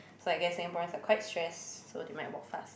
so I guess Singaporeans are quite stressed so they might walk fast